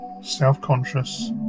self-conscious